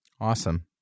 Awesome